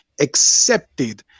accepted